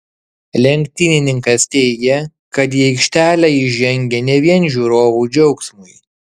lenktynininkas teigė kad į aikštelę jis žengia ne vien žiūrovų džiaugsmui